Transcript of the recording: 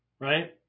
right